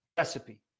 recipe